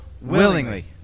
willingly